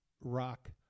rock